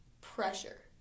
pressure